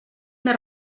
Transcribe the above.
més